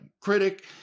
critic